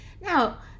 Now